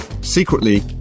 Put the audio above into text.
Secretly